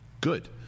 good